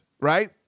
right